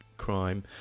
Crime